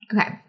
Okay